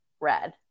red